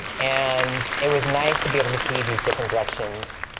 and it was nice to be able to see these different directions.